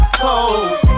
cold